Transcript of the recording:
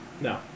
No